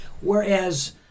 whereas